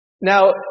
Now